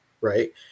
right